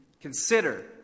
Consider